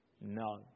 No